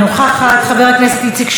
חברת הכנסת מירב בן ארי,